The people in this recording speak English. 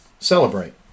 Celebrate